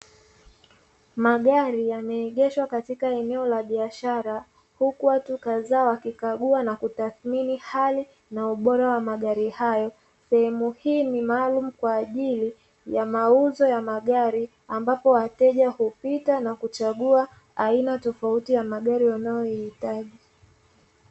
Magari yameegeshwa katika eneo la biashara huku watu kadhaa wakikagua na kutathmini hali na ubora wa magari hayo, sehemu hii ni maalum kwa ajili ya mauzo ya magari ambapo wateja hupita na kuchagua aina tofauti ya magari wanayoyahitaji.